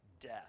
death